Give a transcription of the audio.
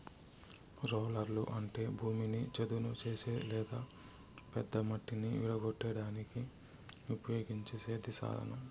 రోలర్లు అంటే భూమిని చదును చేసే లేదా పెద్ద మట్టిని విడగొట్టడానికి ఉపయోగించే సేద్య సాధనం